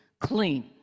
clean